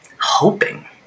hoping